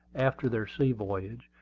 after their sea-voyage,